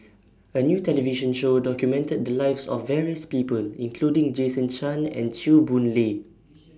A New television Show documented The Lives of various People including Jason Chan and Chew Boon Lay